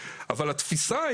מוצקין.